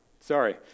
sorry